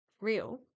real